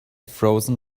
frozen